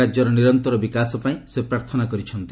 ରାଜ୍ୟର ନିରନ୍ତର ବିକାଶ ପାଇଁ ସେ ପ୍ରାର୍ଥନା କରିଛନ୍ତି